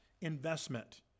investment